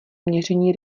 měření